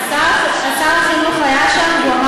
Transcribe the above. חשוב לדבר במליאה,